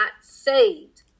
saved